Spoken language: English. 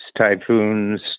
typhoons